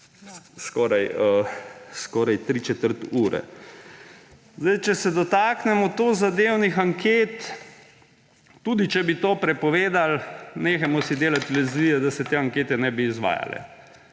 četrt ure. Če se dotaknemo tozadevnih anket. Tudi če bi to prepovedali, si nehajmo delati iluzije, da se te ankete ne bi izvajale.